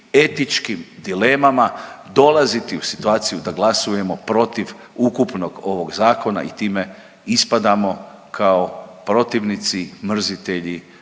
etičkim dilemama dolaziti u situaciju da glasujemo protiv ukupnog ovog zakona i time ispadamo kao protivnici, mrzitelji